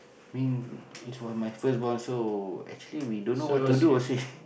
mean it was my first born so actually we don't know what to do also